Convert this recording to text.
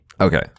Okay